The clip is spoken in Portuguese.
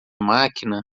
máquina